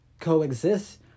coexist